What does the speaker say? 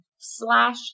slash